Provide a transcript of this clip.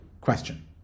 question